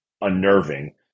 unnerving